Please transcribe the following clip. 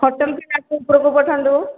hotel ପିଲାକୁ ଉପରୁକୁ ପଠାନ୍ତୁ